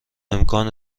امکان